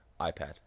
iPad